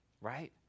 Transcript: right